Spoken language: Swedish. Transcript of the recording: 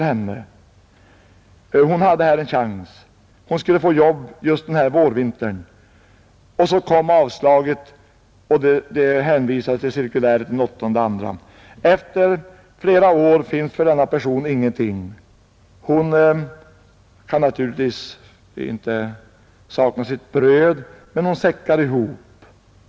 Hon hade här en chans. Hon skulle få jobb just den här vårvintern. Och så kom avslaget med hänvisning till cirkuläret av den 18 februari. Efter flera år av kurser finns för denna person ingenting. Hon saknar naturligtvis inte sitt bröd, men hon säckar ihop.